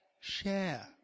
share